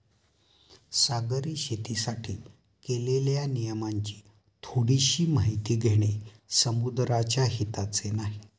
सागरी शेतीसाठी केलेल्या नियमांची थोडीशी माहिती घेणे समुद्राच्या हिताचे नाही